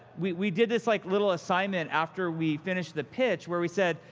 we we did this like little assignment after we finished the pitch, where we said,